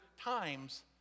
times